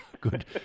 good